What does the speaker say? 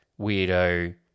weirdo